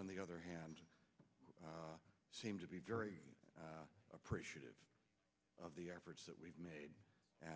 on the other hand seem to be very appreciative of the efforts that we've made